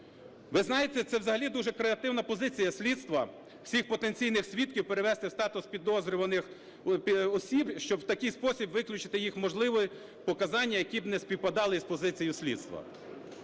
Ви знаєте, це взагалі дуже креативна позиція слідства – всіх потенційних свідків перевести у статус підозрюваних осіб, щоб у такий спосіб виключити їх можливі показання, які б не співпадали з позицією слідства.